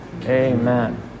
Amen